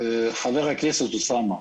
חבר הכנסת אוסאמה,